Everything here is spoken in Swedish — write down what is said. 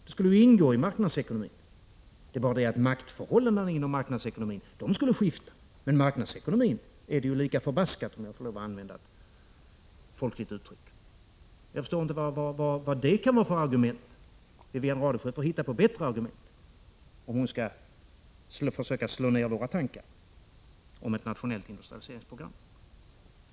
Den skulle ju ingå i marknadsekonomin. Maktförhållandena inom marknadsekonomin skulle emellertid skifta, men marknadsekonomi är det ju lika förbaskat, om jag får lov att använda ett folkligt uttryck. Jag förstår inte vad det kan vara för argument. Wivi-Anne Radesjö får hitta på bättre argument om hon skall försöka slå ned våra tankar om ett nationellt industrialiseringsprogram.